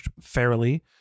fairly